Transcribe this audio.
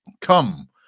Come